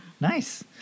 Nice